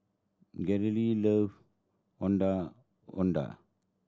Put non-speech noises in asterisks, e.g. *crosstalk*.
*unintelligible* love Ondeh Ondeh